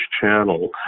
Channel